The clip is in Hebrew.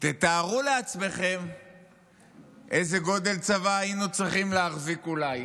תתארו לעצמכם איזה גודל צבא היינו צריכים להחזיק אולי.